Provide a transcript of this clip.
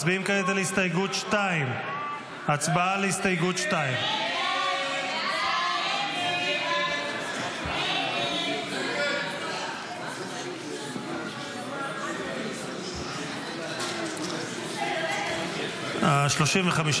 מצביעים כעת על הסתייגות 2. הצבעה על הסתייגות 2. הסתייגות 2 לא נתקבלה.